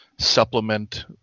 supplement